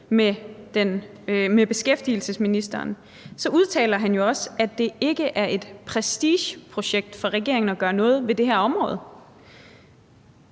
med beskæftigelsesministeren, udtaler han jo også, at det ikke er et prestigeprojekt for regeringen at gøre noget ved det her område.